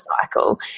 cycle